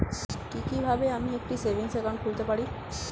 কি কিভাবে আমি একটি সেভিংস একাউন্ট খুলতে পারি?